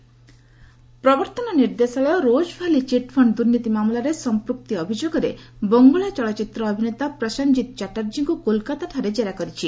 W B ଆକୁର ପ୍ରବର୍ତ୍ତନ ନିର୍ଦ୍ଦେଶାଳୟ ରୋଜ୍ ଭ୍ୟାଲି ଚିଟ୍ଫଣ୍ଡ୍ ଦୁର୍ନୀତି ମାମଲାରେ ସଂପୃକ୍ତି ଅଭିଯୋଗରେ ବଙ୍ଗଳା ଚଳଚ୍ଚିତ୍ର ଅଭିନେତା ପ୍ରସନ୍ଦକ୍ଷିତ୍ ଚାଟାର୍ଜୀଙ୍କୁ କୋଲକାତାଠାରେ ଜେରା କରିଛି